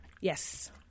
yes